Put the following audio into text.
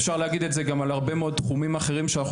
אפשר להגיד את זה גם על הרבה מאוד תחומים אחרים שאנחנו